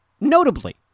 Notably